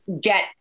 get